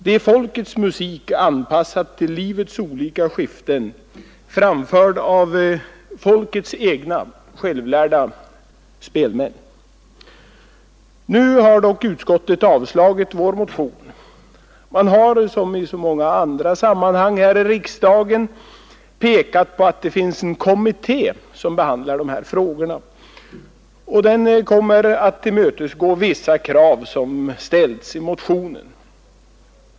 Det är folkets musik anpassad till livets olika skiften, framförd av folkets egna självlärda spelmän. Nu har dock utskottet avstyrkt vår motion. Man har som i så många andra sammanhang här i riksdagen pekat på att det finns en kommitté, som behandlar de här frågorna, och den kommer att tillmötesgå vissa krav som ställs i motionen.